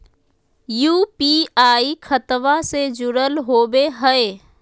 UPI खतबा से जुरल होवे हय?